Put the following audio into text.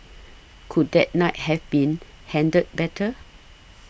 could that night have been handled better